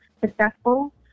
successful